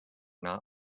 not